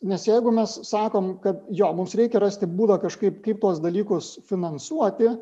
nes jeigu mes sakom kad jo mums reikia rasti būdą kažkaip kaip tuos dalykus finansuoti